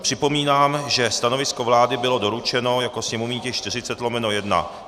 Připomínám, že stanovisko vlády bylo doručeno jako sněmovní tisk 40/1.